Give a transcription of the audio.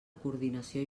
coordinació